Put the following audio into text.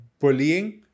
bullying